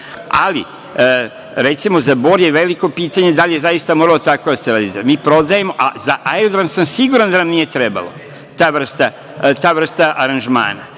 ali recimo za „Bor“ je veliko pitanje da li je zaista moralo tako da se radi. Mi prodajemo, a za aerodrom sam siguran da nam nije trebala ta vrsta aranžmana. Dakle,